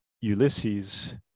Ulysses